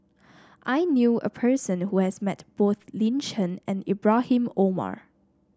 I knew a person who has met both Lin Chen and Ibrahim Omar